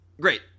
Great